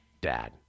dad